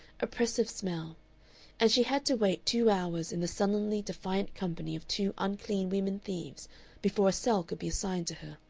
oppressive smell and she had to wait two hours in the sullenly defiant company of two unclean women thieves before a cell could be assigned to her.